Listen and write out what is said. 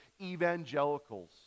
evangelicals